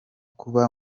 kuba